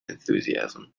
enthusiasm